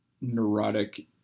neurotic